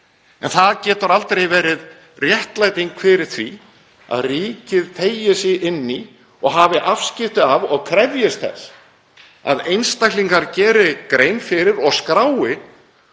En það getur aldrei verið réttlæting fyrir því að ríkið teygi sig inn í og hafi afskipti af og krefjist þess að einstaklingar geri grein fyrir og skrái